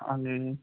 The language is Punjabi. ਹਾਂਜੀ